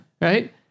Right